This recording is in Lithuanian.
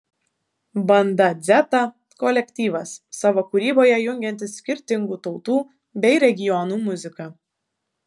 banda dzeta kolektyvas savo kūryboje jungiantis skirtingų tautų bei regionų muziką